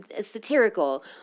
satirical